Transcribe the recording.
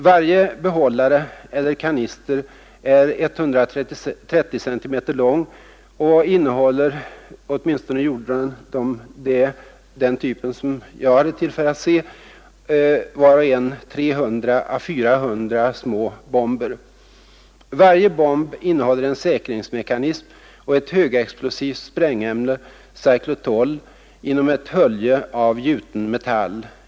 Varje behållare eller kanister är 130 centimeter lång och innehåller — åtminstone gjorde den typen det som jag hade tillfälle att se — var och en 300 å 400 små bomber. Varje bomb innehåller en säkringsmekanism och ett högexplosivt sprängämne, cyclotol, inom ett 131 hölje av gjuten metall.